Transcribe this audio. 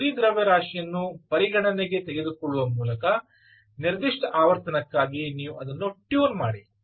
ಮತ್ತು ತುದಿ ದ್ರವ್ಯರಾಶಿಯನ್ನು ಪರಿಗಣನೆಗೆ ತೆಗೆದುಕೊಳ್ಳುವ ಮೂಲಕ ನಿರ್ದಿಷ್ಟ ಆವರ್ತನಕ್ಕಾಗಿ ನೀವು ಅದನ್ನು ಟ್ಯೂನ್ ಮಾಡಿ